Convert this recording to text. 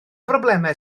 broblemau